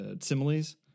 similes